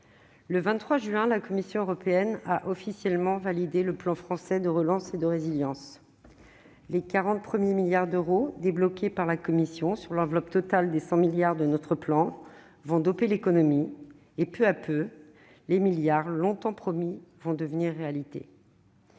le 23 juin, la Commission européenne a officiellement validé le plan français de relance et de résilience. Les 40 premiers milliards d'euros débloqués par la Commission sur l'enveloppe totale des 100 milliards de notre plan de relance vont doper l'économie et, peu à peu, les milliards longtemps promis vont devenir réalité.